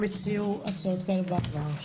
שהציעו הצעות כאלה בעבר.